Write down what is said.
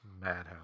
Madhouse